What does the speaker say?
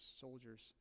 soldiers